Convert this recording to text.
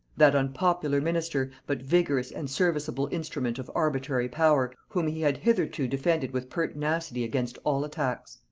that unpopular minister, but vigorous and serviceable instrument of arbitrary power, whom he had hitherto defended with pertinacity against all attacks.